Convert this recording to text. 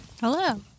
hello